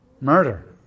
Murder